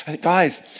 Guys